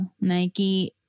Nike